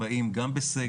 כי עולים באים גם בסגר,